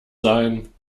sein